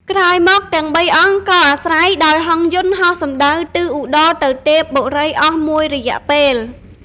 ក្រោយមក ទាំងបីអង្គក៏អាស្រ័យដោយហង្សយន្តហោះសំដៅទិសឧត្តរទៅទេពបុរីអស់មួយរយៈពេល។